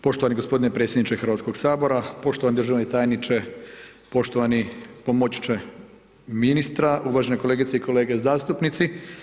Poštovani gospodine predsjedniče Hrvatskog sabora, poštovani državni tajniče, poštovani pomoćniče ministra, uvažene kolegice i kolege zastupnici.